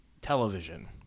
television